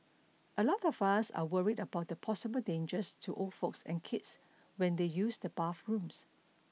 a lot of us are worried about the possible dangers to old folks and kids when they use the bathrooms